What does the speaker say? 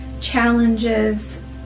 challenges